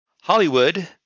Hollywood